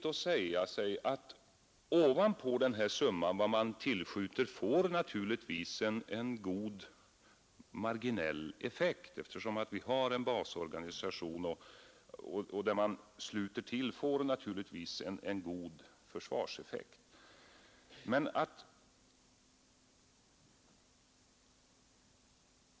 att säga sig, att vad man skjuter till ovanpå den här summan får naturligtvis en god marginell effekt — vi har en basorganisation och varje tillskott får en god försvarseffekt.